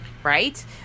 Right